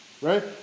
right